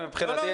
ומבחינתי,